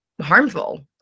harmful